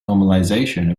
normalization